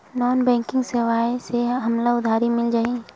Non banking सेवाएं से हमला उधारी मिल जाहि?